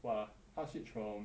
what ah 他 switch from